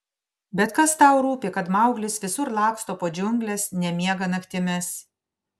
bet kas tau rūpi kad mauglis visur laksto po džiungles nemiega naktimis